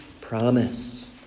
promise